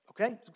Okay